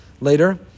later